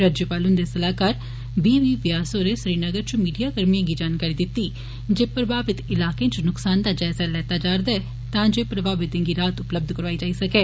राज्यपाल हुन्दे सलाहकार बी बी व्यास होरें श्रीनगर च मीडिया कर्मिए गी जानकारी दिती जे प्रभावित इलाके च नुक्सान दा जायजा लैता जा'रदा ऐ तां जे प्रभावितें गी राहत उपलब्ध करौआई जाई सकै